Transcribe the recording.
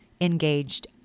engaged